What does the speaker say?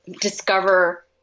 discover